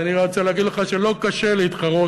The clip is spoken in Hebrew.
ואני רק רוצה להגיד לך שלא קשה להתחרות,